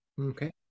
Okay